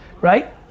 right